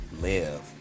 live